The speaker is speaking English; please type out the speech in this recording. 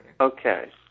Okay